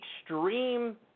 extreme